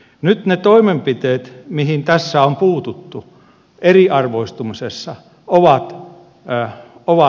nyt ne toimenpiteet mihin tässä on puututtu eriarvoistumisessa ovat vakavia